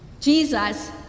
Jesus